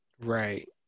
Right